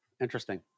interesting